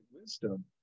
wisdom